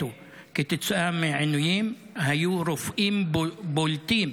מתו כתוצאה מהעינויים, היו רופאים בולטים